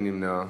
מי נמנע?